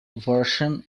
version